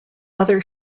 other